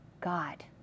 God